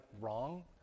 wrong